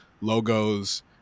logos